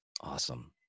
Awesome